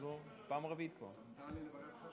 אפשר לברך?